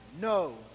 no